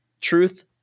Truth